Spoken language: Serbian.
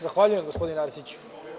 Zahvaljujem, gospodine Arsiću.